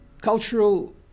cultural